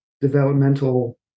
developmental